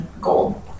gold